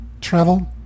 travel